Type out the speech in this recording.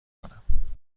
کنم